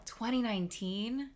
2019